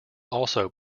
also